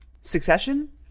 succession